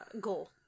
goal